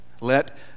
Let